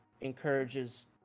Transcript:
encourages